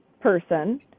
person